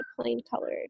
plain-colored